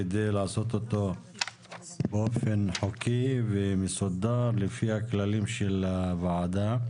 כדי לעשות אותו באופן חוקי ומסודר לפי הכללים של הוועדה.